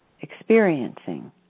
experiencing